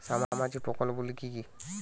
সামাজিক প্রকল্পগুলি কি কি?